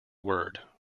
word